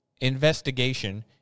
investigation